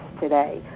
today